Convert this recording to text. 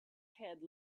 head